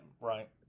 right